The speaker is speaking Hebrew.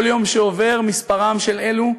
כל יום שעובר מספרם של אלו,